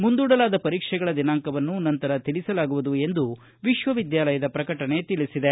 ಮುಂದೂಡಲಾದ ಪರೀಕ್ಷೆಗಳ ದಿನಾಂಕವನ್ನು ನಂತರ ತಿಳಿಸಲಾಗುವುದು ಎಂದು ವಿಶ್ವವಿದ್ಯಾಲಯದ ಪ್ರಕಟಣೆ ತಿಳಿಸಿದೆ